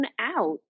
out